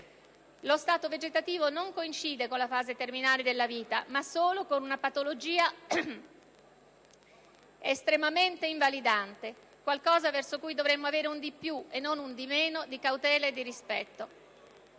Lo Stato vegetativo non coincide con la fase terminale delle vita ma solo con una patologia estremamente invalidante, qualcosa verso cui dovremmo avere un di più e non un di meno di cautela e di rispetto.